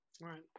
Right